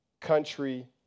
country